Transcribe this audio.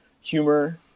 humor